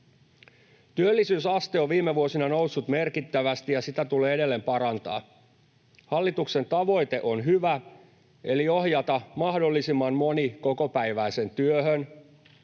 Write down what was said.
Työllisyysaste on viime vuosina noussut merkittävästi, ja sitä tulee edelleen parantaa. Hallituksen tavoite on hyvä eli ohjata mahdollisimman moni kokopäiväiseen työhön.